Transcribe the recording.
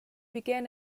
began